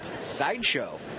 Sideshow